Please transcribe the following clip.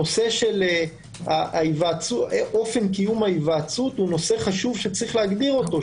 הנושא של אופן קיום ההיוועצות הוא נושא חשוב שיש להגדיר אותו,